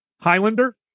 Highlander